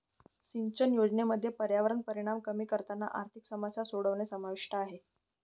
सिंचन योजनांमध्ये पर्यावरणीय परिणाम कमी करताना आर्थिक समस्या सोडवणे समाविष्ट आहे